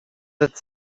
that